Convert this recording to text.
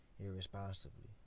irresponsibly